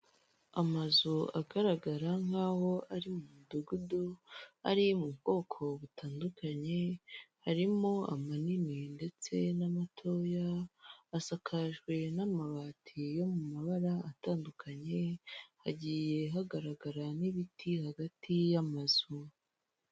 Amazu agaragara nkaho ari mu midugudu, ari mu bwoko butandukanye, harimo amanini ndetse n'amatoya, asakajwe n'amabati yo mu mabara atandukanye, hagiye hagaragara n'ibiti hagati y'amazu.